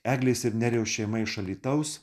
eglės ir nerijaus šeima iš alytaus